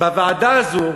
שבוועדה הזאת,